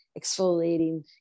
exfoliating